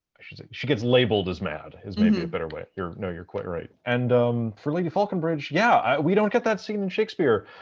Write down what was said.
she gets labeled as mad as maybe a better way you're, no you're quite right. and for lady falconbridge, yeah we don't get that scene in shakespeare,